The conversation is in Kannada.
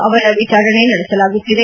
ಅವರ ವಿಚಾರಣೆ ನಡೆಸಲಾಗುತ್ತಿದೆ